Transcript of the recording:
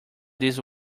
these